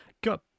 Got